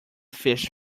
fish